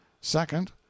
second